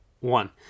One